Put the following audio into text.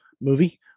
movie